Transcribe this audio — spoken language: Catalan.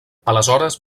aleshores